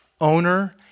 owner